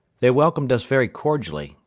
they welcomed us very cordially,